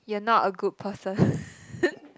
you're not a good person